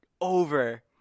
over